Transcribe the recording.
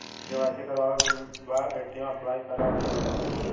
KYC करावे के बा ए.टी.एम अप्लाई करा ओके बताई?